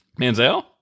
Manziel